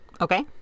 Okay